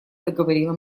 заговорила